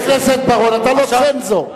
חבר הכנסת בר-און, אתה לא צנזור.